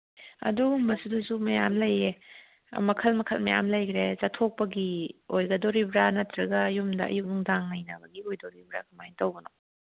ꯑꯗꯨꯒꯨꯝꯕꯗꯨꯗꯁꯨ ꯃꯌꯥꯝ ꯂꯩꯌꯦ ꯃꯈꯜ ꯃꯈꯜ ꯃꯌꯥꯝ ꯂꯩꯒꯔꯦ ꯆꯠꯊꯣꯛꯄꯒꯤ ꯑꯣꯏꯒꯗꯧꯔꯤꯕ꯭ꯔꯥ ꯅꯠꯇ꯭ꯔꯒ ꯌꯨꯝꯗ ꯑꯌꯨꯛ ꯅꯨꯡꯗꯥꯡ ꯅꯩꯅꯕꯒꯤ ꯑꯣꯏꯗꯧꯔꯤꯕ꯭ꯔꯥ ꯀꯃꯥꯏꯅ ꯇꯧꯕꯅꯣ